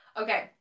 Okay